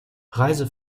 preise